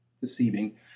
deceiving